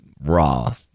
Raw